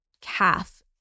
calf